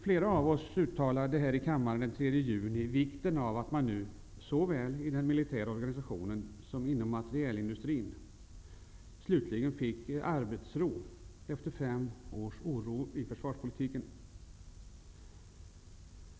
Flera av oss uttalade här i kammaren den 3 juni vikten av att man nu, såväl i den militära organisationen som inom materielindustrin, slutligen fick arbetsro efter fem års oro i försvarspolitiken.